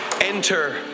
Enter